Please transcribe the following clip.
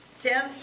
Tim